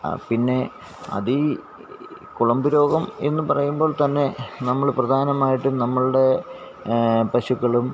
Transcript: പിന്നെ അത് ഈ കുളമ്പുരോഗം എന്ന് പറയുമ്പോൾ തന്നെ നമ്മൾ പ്രധാനമായിട്ടും നമ്മുടെ പശുക്കളും